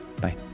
Bye